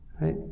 Right